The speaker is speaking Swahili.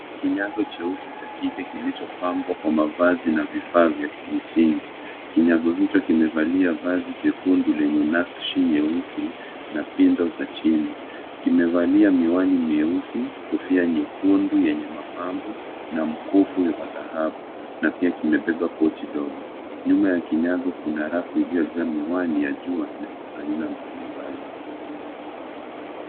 Kinyago cheusi cha kike kilichopambwa kwa mavazi na vifaa vya kimtindo. Kinyago hicho kimevalia vazi jekundu lenye nakshi nyeusi na pindo za chini. Kimevalia miwani mieusi, kofia nyekundu yenye mapambo na mkufu wa dhahabu, na pia kimebeba pochi dogo. Nyuma ya kinyago kuna rafu iliyojaa miwani ya jua na ni aina mbalimbali.